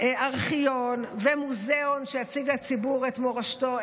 ארכיון ומוזיאון שיציג לציבור את מורשתו.